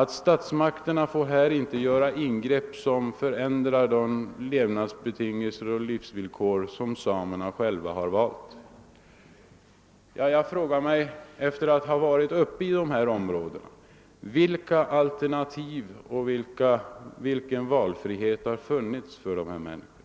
sätt: Statsmakterna får inte göra ingrepp som förändrar de levnadsförhållanden och livsvillkor som samerna själva har valt. Jag frågar mig efter att ha varit uppe i dessa områden: Vilka alternativ och vilken valfrihet har funnits för dessa människor?